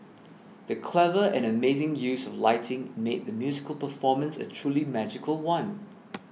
the clever and amazing use of lighting made the musical performance a truly magical one